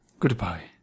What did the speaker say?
Goodbye